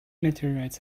meteorites